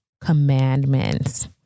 commandments